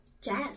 Jazz